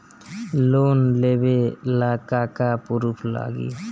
Loan लेबे ला का का पुरुफ लागि?